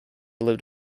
lived